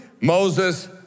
Moses